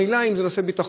מילא אם זה נושא ביטחון,